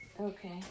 Okay